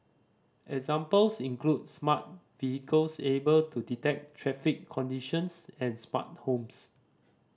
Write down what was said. examples include smart vehicles able to detect traffic conditions and smart homes